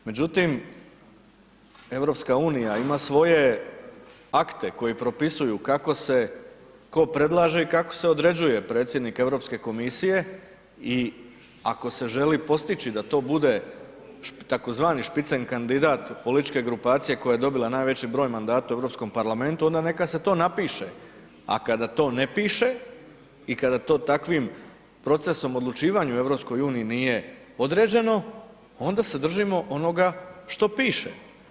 Međutim, EU ima svoje akte koji propisuju kako se tko predlaže i kako se određuje predsjednik Europske komisije i ako se želi postići da to bude tzv. špicen kandidat političke grupacije koja je dobila najveći broj mandata u Europskom parlamentu, onda neka se to napiše, a kada to ne piše i kada to takvim procesom odlučivanja u EU nije određeno onda se držimo onoga što piše.